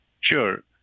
Sure